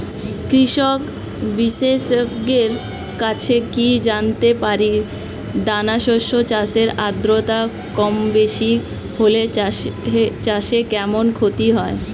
কৃষক বিশেষজ্ঞের কাছে কি জানতে পারি দানা শস্য চাষে আদ্রতা কমবেশি হলে চাষে কেমন ক্ষতি হয়?